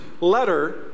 letter